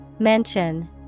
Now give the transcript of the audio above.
Mention